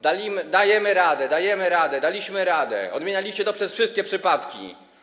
Dajemy radę, dajemy radę, daliśmy radę, odmienialiście to przez wszystkie przypadki.